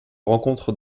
rencontre